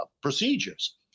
procedures